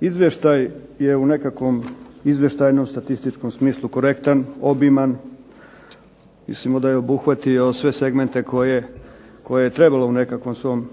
Izvještaj je u nekakvom izvještajnom statističkom smislu korektan, obiman. Mislimo da je obuhvatio sve segmente koje je trebalo u nekakvom svom